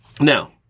Now